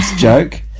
joke